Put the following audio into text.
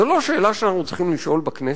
זו לא שאלה שאנחנו צריכים לשאול בכנסת?